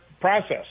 process